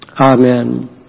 Amen